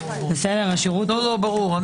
ברור.